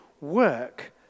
work